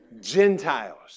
Gentiles